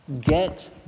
Get